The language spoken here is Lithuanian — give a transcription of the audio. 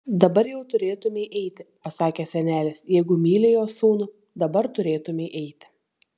dabar jau turėtumei eiti pasakė senelis jeigu myli jo sūnų dabar turėtumei eiti